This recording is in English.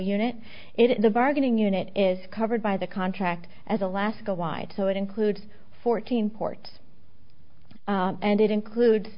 is the bargaining unit is covered by the contract as alaska wide so it includes fourteen ports and it includes